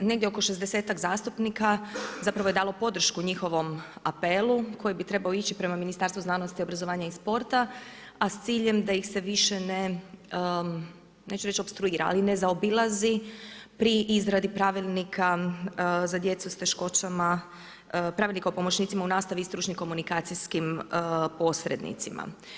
Negdje oko 60-ak zastupnika zapravo je dalo podršku njihovom apelu koji bi trebao ići prema Ministarstvu znanost, obrazovanja i sporta a s ciljem da ih se više ne, neću reći opstruira ali ne zaobilazi pri izradi pravilnika za djecu sa teškoćama, pravilnika o pomoćnicima u nastavi i stručnim komunikacijskim posrednicima.